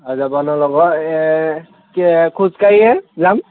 যাব ন লগৰ খোজকাঢ়িয়ে যাম